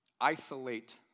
Isolate